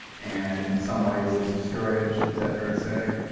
and in some ways it's discouraged is that fair to say?